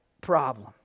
problem